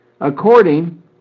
according